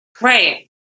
Right